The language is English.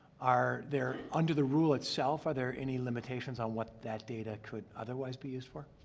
are there under the rule itself, are there any limitations on what that data could otherwise be used for?